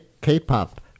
k-pop